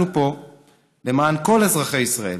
אנחנו פה למען כל אזרחי ישראל,